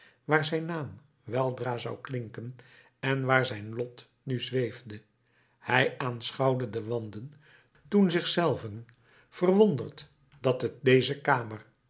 waar zijn naam weldra zou klinken en waar zijn lot nu zweefde hij aanschouwde de wanden toen zich zelven verwonderd dat het deze kamer